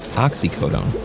oxycodone,